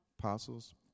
Apostles